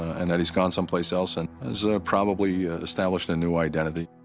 and that he's gone someplace else and has probably established a new identity.